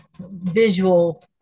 visual